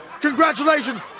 Congratulations